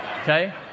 Okay